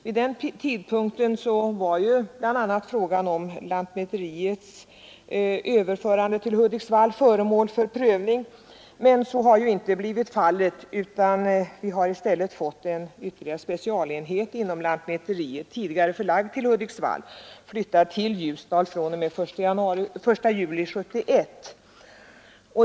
Vid den tidpunkten var bl.a. frågan om lantmäteriets överförande till Hudiksvall föremål för prövning. Så har emellertid inte skett. I stället har en specialenhet inom lantmäteriet — tidigare förlagd till Hudiksvall — flyttat till Ljusdal fr.o.m. den 1 juli 1971.